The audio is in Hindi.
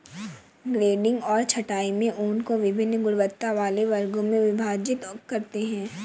ग्रेडिंग और छँटाई में ऊन को वभिन्न गुणवत्ता वाले वर्गों में विभाजित करते हैं